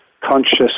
conscious